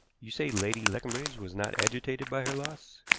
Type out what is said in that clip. you say lady leconbridge was not agitated by her loss?